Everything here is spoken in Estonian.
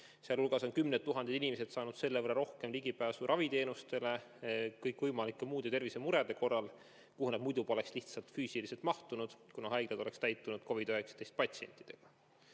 Sealhulgas on kümned tuhanded inimesed saanud selle võrra rohkem ligipääsu raviteenustele kõikvõimalike muude tervisemurede korral, kuhu nad muidu poleks lihtsalt füüsiliselt mahtunud, kuna haiglad oleks täitunud COVID‑19 patsientidega.